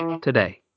today